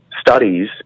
studies